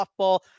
softball